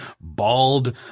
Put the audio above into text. bald